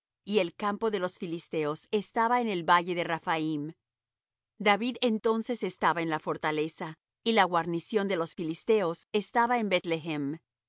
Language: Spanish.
y el campo de los filisteos estaba en el valle de raphaim david entonces estaba en la fortaleza y la guarnición de los filisteos estaba en